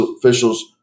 officials